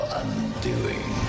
undoing